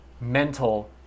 mental